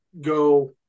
go